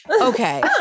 Okay